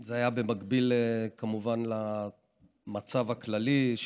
זה היה במקביל, כמובן, למצב הכללי,